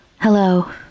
Hello